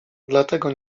dlatego